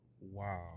Wow